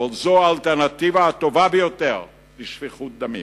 אבל זאת האלטרנטיבה הטובה ביותר לשפיכות דמים.